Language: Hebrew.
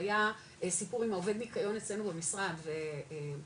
היה סיפור עם העובד ניקיון אצלנו במשרד ושמעתי